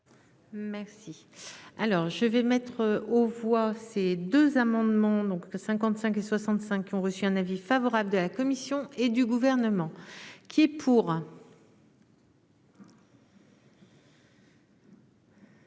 Merci. Alors, je vais mettre aux voix ces deux amendements donc 55 et 65 qui ont reçu un avis favorable de la commission et du gouvernement qui est pour.